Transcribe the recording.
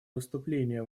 выступление